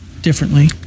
differently